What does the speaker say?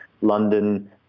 London